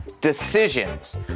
decisions